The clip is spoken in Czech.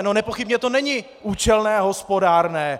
No nepochybně to není účelné a hospodárné.